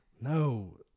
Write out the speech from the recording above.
No